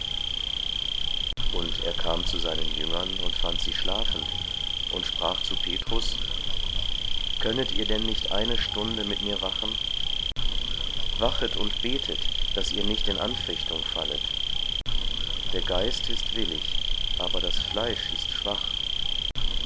und er kam zu seinen jüngern und fand sie schlafend und sprach zu petrus könnet ihr denn nicht eine stunde mit mir wachen wachet und betet daß ihr nicht in anfechtung fallet der geist ist willig aber das fleisch ist schwach